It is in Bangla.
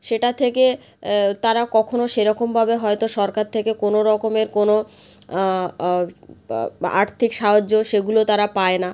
সেটা থেকে তারা কখনও সেরকমভাবে হয়তো সরকার থেকে কোনো রকমের কোনো আর্থিক সাহায্য সেগুলো তারা পায় না